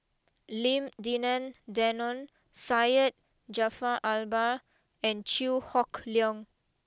Lim Denan Denon Syed Jaafar Albar and Chew Hock Leong